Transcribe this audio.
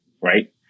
right